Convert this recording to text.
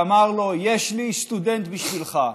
ואמר לו: יש לי סטודנט בשבילך.